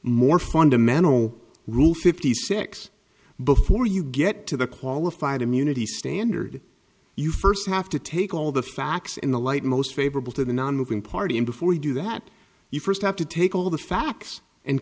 more fundamental rule fifty six before you get to the qualified immunity standard you first have to take all the facts in the light most favorable to the nonmoving party and before you do that you first have to take all the facts and